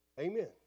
Amen